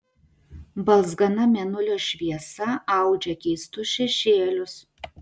balzgana mėnulio šviesa audžia keistus šešėlius